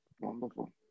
wonderful